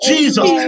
Jesus